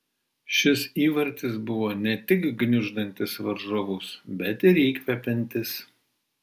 šis įvartis buvo ne tik gniuždantis varžovus bet ir įkvepiantis